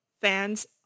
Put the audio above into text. fans